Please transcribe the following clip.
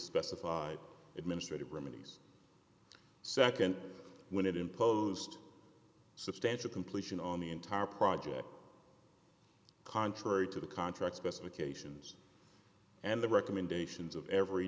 specified administrative remedies nd when it imposed substantial completion on the entire project contrary to the contract specifications and the recommendations of every